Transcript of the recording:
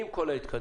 עם כל ההתקדמות,